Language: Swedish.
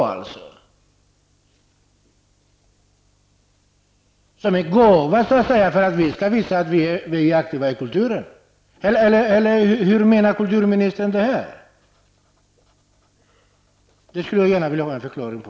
Skulle det vara en gåva till oss så att vi skall få visa att vi är aktiva inom kulturpolitiken? Vad menar kulturministern? Det skulle jag gärna vilja ha en förklaring på.